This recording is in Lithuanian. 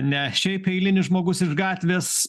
ne šiaip eilinis žmogus iš gatvės